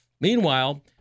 Meanwhile